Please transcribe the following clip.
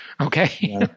okay